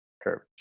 Curve